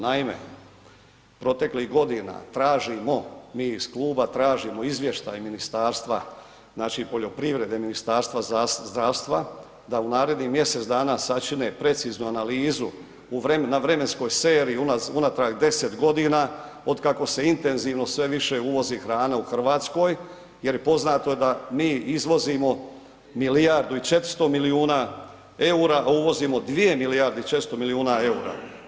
Naime, proteklih godina tražimo, mi iz kluba tražimo izvještaj Ministarstva, znači, poljoprivrede i Ministarstva zdravstva da u narednih mjesec dana sačine preciznu analizu na vremenskoj seriji unatrag 10.g. otkako se intenzivno sve više uvozi hrana u RH, jer poznato je da mi izvozimo milijardu i 400 milijuna EUR-a, a uvozimo 2 milijarde i 400 milijuna EUR-a.